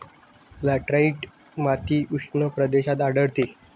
laterite माती उष्ण प्रदेशात आढळते